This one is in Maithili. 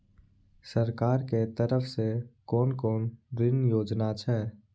सरकार के तरफ से कोन कोन ऋण योजना छै?